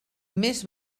més